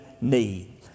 need